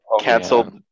canceled